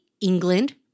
England